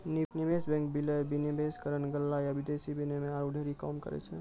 निवेश बैंक, विलय, विनिवेशकरण, गल्ला या विदेशी विनिमय आरु ढेरी काम करै छै